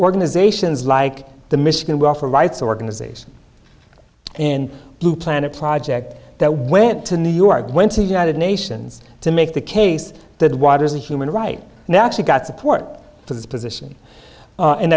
organizations like the michigan welfare rights organization in blue planet project that went to new york went to united nations to make the case that water is a human right now actually got support to this position